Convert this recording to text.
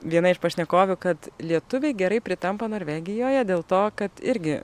viena iš pašnekovių kad lietuviai gerai pritampa norvegijoje dėl to kad irgi